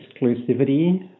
exclusivity